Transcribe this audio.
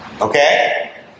okay